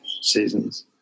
seasons